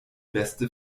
beste